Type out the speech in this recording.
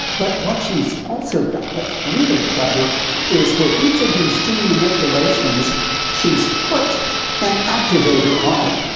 but what she's also done that's really clever is with each of these gene manipulations she's put an activator on it.